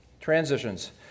Transitions